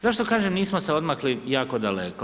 Zašto kažem nismo se odmakli jako daleko?